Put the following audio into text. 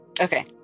Okay